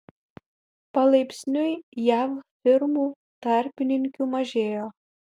palaipsniui jav firmų tarpininkių mažėjo